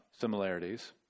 similarities